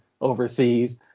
overseas